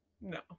No